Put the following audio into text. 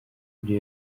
ibyo